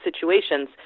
situations